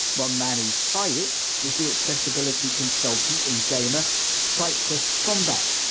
but man who's tried it is the accessibility consultant and gamer sightless kombat,